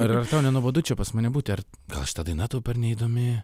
ir ar tau nenuobodu čia pas mane būti ar gal šita daina tau per neįdomi